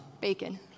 bacon